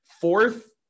fourth